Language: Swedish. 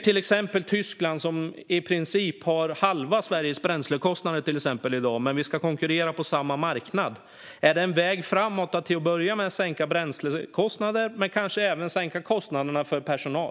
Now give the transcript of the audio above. I exempelvis Tyskland har man i princip halva Sveriges bränslekostnader i dag, men vi konkurrerar på samma marknad. Är det en väg framåt att tänka sig att till att börja med sänka bränslekostnader men kanske även sänka kostnaderna för personal?